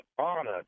honor